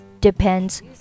depends